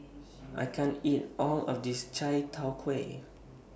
I can't eat All of This Chai Tow Kuay